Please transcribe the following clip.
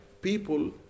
people